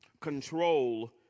Control